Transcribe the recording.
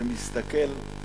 ומסתכל,